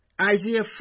Isaiah